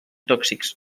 tòxics